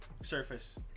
surface